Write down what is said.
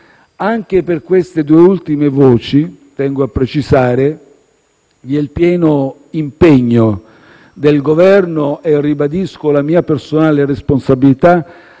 anche per queste due ultime voci vi è il pieno impegno del Governo e ribadisco la mia personale responsabilità